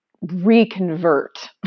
reconvert